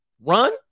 Run